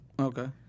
Okay